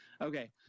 Okay